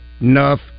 enough